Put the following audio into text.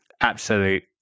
Absolute